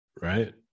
Right